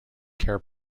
care